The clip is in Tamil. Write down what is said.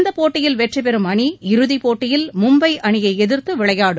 இந்தப் போட்டியில் வெற்றிபெறும் அணி இறுதிப் போட்டியில் மும்பை அணியை எதிர்த்து விளையாடும்